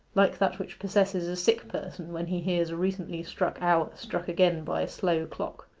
like that which possesses a sick person when he hears a recently-struck hour struck again by a slow clock.